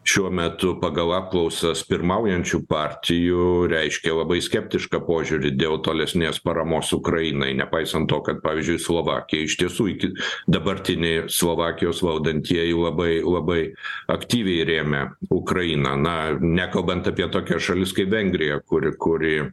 šiuo metu pagal apklausas pirmaujančių partijų reiškė labai skeptišką požiūrį dėl tolesnės paramos ukrainai nepaisant to kad pavyzdžiui slovakija iš tiesų iki dabartiniai slovakijos valdantieji labai labai aktyviai rėmė ukrainą na nekalbant apie tokias šalis kaip vengrija kuri kuri